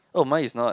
oh mine is not